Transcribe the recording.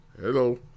Hello